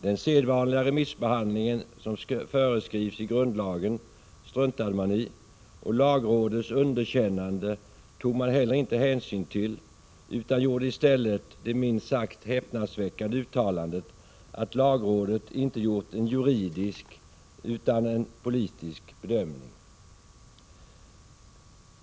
Den sedvanliga remissbehandlingen, som föreskrivs i grundlagen, struntade man i, och lagrådets underkännande tog man heller inte hänsyn till utan gjorde i stället det minst sagt häpnadsväckande uttalandet att lagrådet inte gjort en juridisk utan en politisk bedömning!